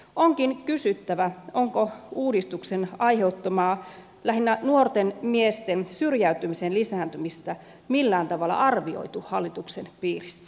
onkin kysyttävä onko uudistuksen aiheuttamaa lähinnä nuorten miesten syrjäytymisen lisääntymistä millään tavalla arvioitu hallituksen piirissä